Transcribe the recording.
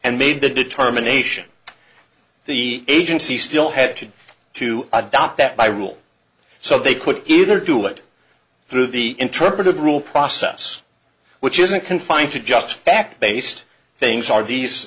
and made the determination the agency still had to to adopt that by rule so they could either do it through the interpretive rule process which isn't confined to just fact based things are these